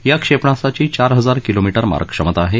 या क्षेपणास्त्राची चार हजार किलोमीटर मारक क्षमता आहे